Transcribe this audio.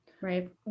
Right